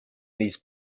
these